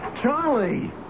Charlie